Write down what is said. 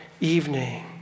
evening